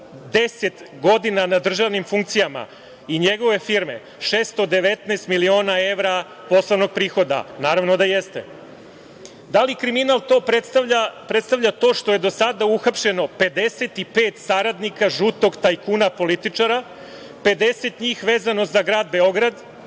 deset godina na državnim funkcijama i njegove firme 619 miliona evra poslovnog prihoda? Naravno da jeste. Da li kriminal predstavlja to što je do sada uhapšeno 55 saradnika žutog tajkuna političara, 50 njih vezano za Grad Beograd,